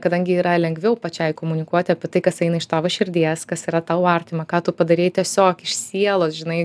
kadangi yra lengviau pačiai komunikuoti apie tai kas eina iš tavo širdies kas yra tau artima ką tu padarei tiesiog iš sielos žinai